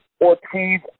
Ortiz